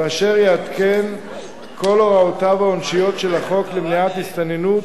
ואשר יעדכן כל הוראותיו העונשיות של החוק למניעת הסתננות,